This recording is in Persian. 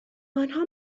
آنها